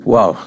Wow